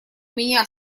меня